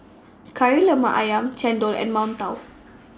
Kari Lemak Ayam Chendol and mantou